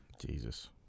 Jesus